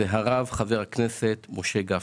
חבר הכנסת משה גפני.